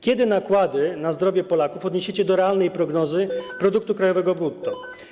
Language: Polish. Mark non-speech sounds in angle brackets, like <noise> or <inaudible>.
Kiedy nakłady na zdrowie Polaków odniesiecie do realnej prognozy <noise> produktu krajowego brutto?